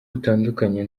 butandukanye